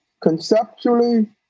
conceptually